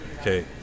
Okay